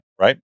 Right